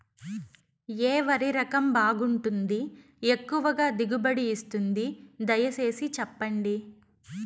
ఏ వరి రకం బాగుంటుంది, ఎక్కువగా దిగుబడి ఇస్తుంది దయసేసి చెప్పండి?